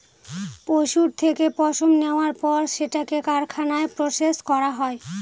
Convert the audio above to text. পশুর থেকে পশম নেওয়ার পর সেটাকে কারখানায় প্রসেস করা হয়